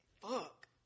Fuck